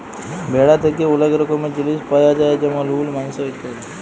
ভেড়া থ্যাকে ওলেক রকমের জিলিস পায়া যায় যেমল উল, মাংস ইত্যাদি